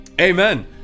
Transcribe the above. amen